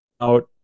out